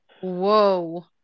Whoa